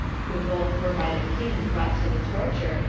who both were by the king brought to the torture,